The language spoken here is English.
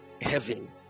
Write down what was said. heaven